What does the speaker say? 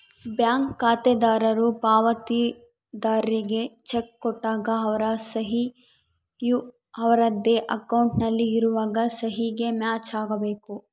bank ಖಾತೆದಾರರು ಪಾವತಿದಾರ್ರಿಗೆ cheque ಕೊಟ್ಟಾಗ ಅವರ ಸಹಿ ಯು ಅವರದ್ದೇ ಅಕೌಂಟ್ ನಲ್ಲಿ ಇರುವ ಸಹಿಗೆ ಮ್ಯಾಚ್ ಆಗಬೇಕು